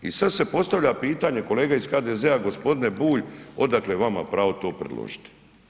I sad se postavlja pitanje, kolega iz HDZ-a g. Bulj odakle vama pravo to predložiti?